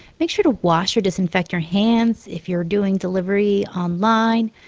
make sure to wash or disinfect your hands. if you're doing delivery online,